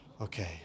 okay